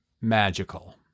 Magical